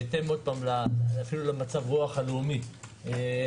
בהתאם למצב הרוח הלאומי,